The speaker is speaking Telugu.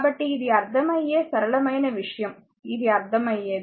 కాబట్టి ఇది అర్థమయ్యే సరళమైన విషయం ఇది అర్థమయ్యేది సరే